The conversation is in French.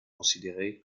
considéré